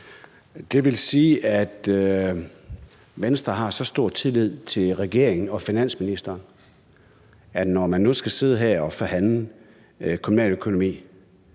Det vil sige, at Venstre har så stor tillid til regeringen og finansministeren, at når man nu skal sidde her og forhandle kommunaløkonomi,